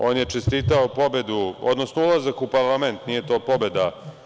On je čestitao pobedu, odnosno ulazak u parlament, nije to pobeda.